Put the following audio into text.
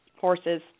horses